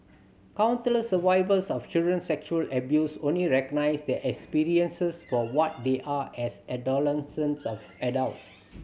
countless survivors of child sexual abuse only recognise their experiences for what they are as adolescents or adults